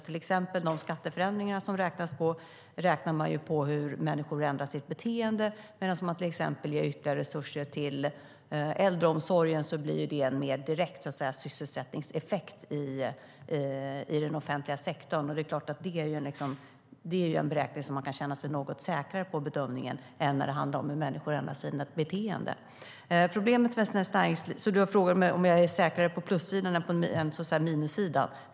Till exempel när det gäller skatteförändringar räknar man på hur människor ändrar sitt beteende, medan ytterligare resurser till äldreomsorgen ger en mer direkt sysselsättningseffekt i den offentliga sektorn. Det är en bedömning som man kan känna sig något säkrare på än när det handlar om hur människor ändrar sitt beteende. Du har frågat mig om jag är säkrare på plussidan än på minussidan.